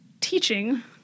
teaching